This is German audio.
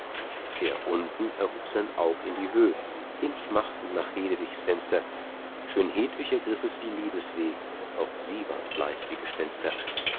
der unten erhub sein aug in die höh hinschmachtend an hedewigs fenster schön hedwig ergriff es wie liebesweh auch sie ward bleich wie gespenster